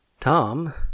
Tom